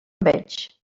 veig